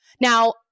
Now